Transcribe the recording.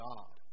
God